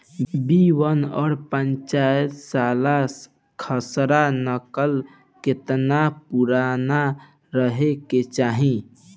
B one और पांचसाला खसरा नकल केतना पुरान रहे के चाहीं?